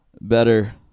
better